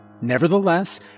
Nevertheless